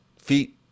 feet